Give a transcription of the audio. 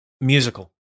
musical